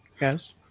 yes